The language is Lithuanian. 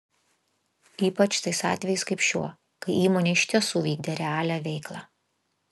ypač tais atvejais kaip šiuo kai įmonė iš tiesų vykdė realią veiklą